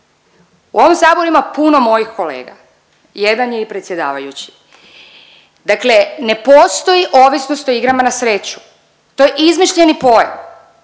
U ovom Saboru ima puno mojih kolega, jedan je i predsjedavajući, dakle ne postoji ovisnost o igrama na sreću, to je izmišljeni pojam.